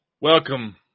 Welcome